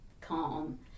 calm